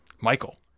Michael